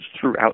throughout